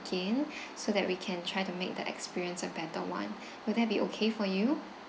~gain so that we can try to make the experience a better one will that be okay for you